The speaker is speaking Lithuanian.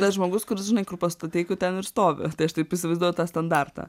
tas žmogus kuris žinai kur pastatei tu ten ir stovi tai aš taip įsivaizduoju tą standartą